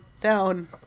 down